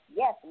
yes